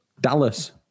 Dallas